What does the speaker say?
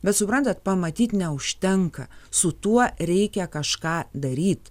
bet suprantat pamatyt neužtenka su tuo reikia kažką daryt